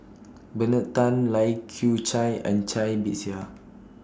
Bernard Tan Lai Kew Chai and Cai Bixia